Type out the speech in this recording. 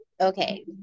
Okay